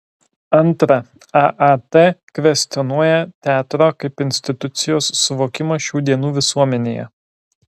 antra aat kvestionuoja teatro kaip institucijos suvokimą šių dienų visuomenėje